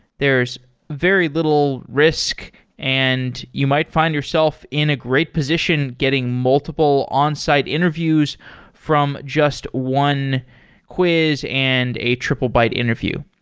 there's very little risk and you might find yourself in a great position getting multiple onsite interviews from just one quiz and a triplebyte interview.